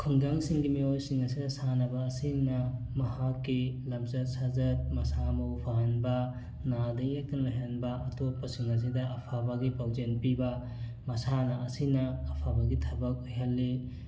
ꯈꯨꯡꯒꯪꯁꯤꯡꯒꯤ ꯃꯤꯑꯣꯏꯁꯤꯡ ꯑꯁꯤꯅ ꯁꯥꯟꯅꯕ ꯑꯁꯤꯅ ꯃꯍꯥꯛꯀꯤ ꯂꯝꯆꯠ ꯁꯥꯖꯠ ꯃꯁꯥ ꯃꯎ ꯐꯍꯟꯕ ꯅꯥꯗ ꯌꯦꯛꯇꯅ ꯂꯩꯍꯟꯕ ꯑꯇꯣꯞꯄꯁꯤꯡ ꯑꯁꯤꯗ ꯑꯐꯕꯒꯤ ꯐꯥꯎꯖꯦꯜ ꯄꯤꯕ ꯃꯁꯥꯟꯅ ꯑꯁꯤꯅ ꯑꯐꯕꯒꯤ ꯊꯕꯛ ꯑꯣꯏꯍꯜꯂꯤ